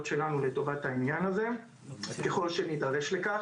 שלנו לטובת העניין הזה ככל שנדרש לכך.